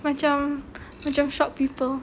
macam macam short people